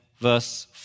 verse